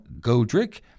Godric